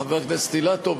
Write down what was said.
חבר הכנסת אילטוב,